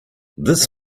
this